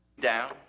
Down